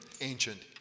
ancient